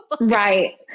Right